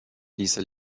dieser